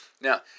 Now